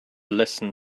listen